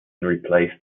replaced